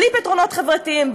בלי פתרונות חברתיים,